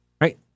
right